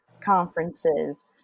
conferences